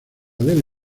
del